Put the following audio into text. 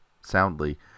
soundly